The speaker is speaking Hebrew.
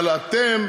אבל אתם,